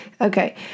Okay